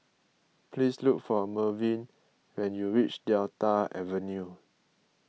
please look for Mervyn when you reach Delta Avenue